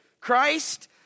Christ